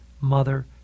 Mother